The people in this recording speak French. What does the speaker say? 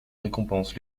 récompense